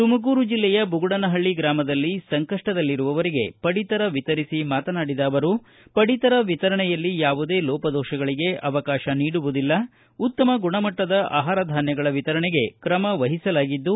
ತುಮಕೂರು ಜಿಲ್ಲೆಯ ಬುಗುಡನಹಳ್ಳಿ ಗ್ರಾಮದಲ್ಲಿ ಸಂಕಷ್ಟದಲ್ಲಿರುವವರಿಗೆ ಪಡಿತರ ವಿತರಿಸಿ ಮಾತನಾಡಿದ ಅವರು ಪಡಿತರ ವಿತರಣೆಯಲ್ಲಿ ಯಾವುದೇ ಲೋಪದೋಪಗಳಿಗೆ ಅವಕಾಶ ನೀಡುವುದಿಲ್ಲ ಉತ್ತಮ ಗುಣಮಟ್ಟದ ಆಹಾರ ಧಾನ್ಯಗಳ ವಿತರಣೆಗೆ ಕ್ರಮ ವಹಿಸಲಾಗಿದ್ದು